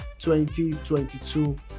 2022